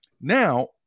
Now –